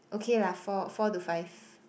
okay lah four four to five